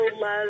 love